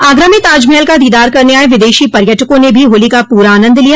आगरा में ताजमहल का दीदार करने आये विदेशी पर्यटकों ने भी होली का पूरा आनन्द लिया